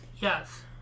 Yes